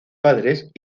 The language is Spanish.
padres